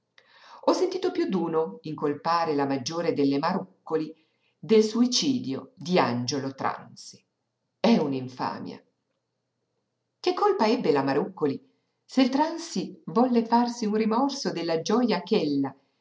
ho sentito piú d'uno incolpare la maggiore delle marúccoli del suicidio di angiolo tranzi è un'infamia che colpa ebbe la marúccoli se il tranzi volle farsi un rimorso della gioja che ella